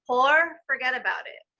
poor, forget about it.